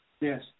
Yes